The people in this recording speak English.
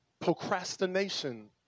procrastination